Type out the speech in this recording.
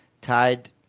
tied